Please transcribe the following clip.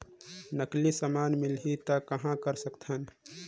नकली समान मिलही त कहां कर सकथन?